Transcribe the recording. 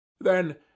Then